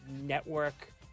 network